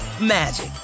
magic